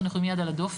שאנחנו עם יד על הדופק,